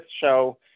show